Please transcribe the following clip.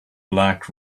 black